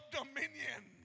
dominion